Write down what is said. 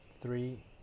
Three